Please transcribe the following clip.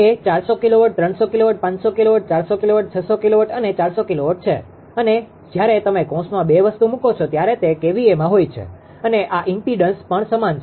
તે 400 kilowatt 300 kilowatt 500 kilowatt 400 kilowatt 600 kilowatt અને 400 kilowatt છે અને જ્યારે તમે કૌંસમાં બે વસ્તુ મૂકો છો ત્યારે તે kVAમાં હોય છે અને આ ઈમ્પીડન્સimpedanceઅવરોધ પણ સમાન છે